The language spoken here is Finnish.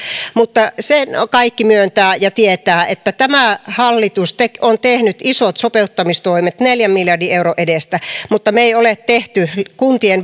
sen kaikki myöntävät ja tietävät että tämä hallitus on tehnyt isot sopeuttamistoimet neljän miljardin euron edestä mutta me emme ole tehneet kuntien